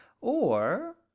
Or